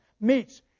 meets